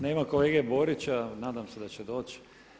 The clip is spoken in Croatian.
Nema kolege Borića, nadam se da će doći.